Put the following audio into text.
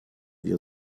wir